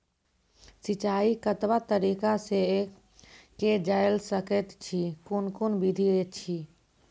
सिंचाई कतवा तरीका सअ के जेल सकैत छी, कून कून विधि ऐछि?